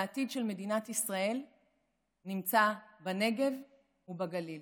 העתיד של מדינת ישראל נמצא בנגב ובגליל.